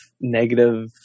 negative